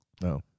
no